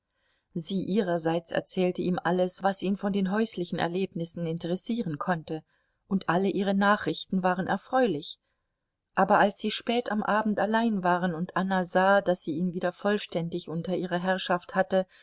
sie ihrerseits erzählte ihm alles was ihn von den häuslichen erlebnissen interessieren konnte und alle ihre nachrichten waren erfreulich aber als sie spät am abend allein waren und anna sah daß sie ihn wieder vollständig unter ihrer herrschaft hatte